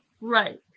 Right